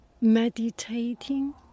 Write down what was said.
meditating